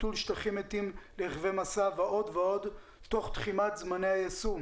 ביטול שטחים מתים ברכבי משא ועוד ועוד תוך תחימת זמני היישום